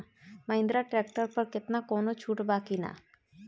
Mahindra tractor पर केतना कौनो छूट बा कि ना?